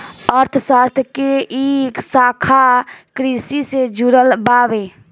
अर्थशास्त्र के इ शाखा कृषि से जुड़ल बावे